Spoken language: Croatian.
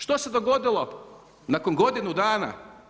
Što se dogodilo nakon godinu dana?